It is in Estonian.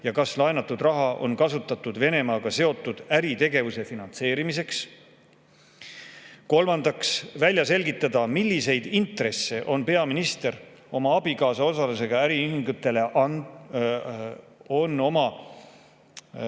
ja kas laenatud raha on kasutatud Venemaaga seotud äritegevuse finantseerimiseks. Kolmandaks, välja selgitada, milliseid intresse on peaminister oma abikaasa osalusega äriühingutele antud